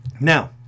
Now